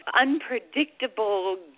unpredictable